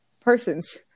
persons